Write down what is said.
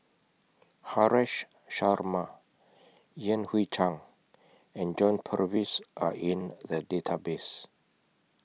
Haresh Sharma Yan Hui Chang and John Purvis Are in The Database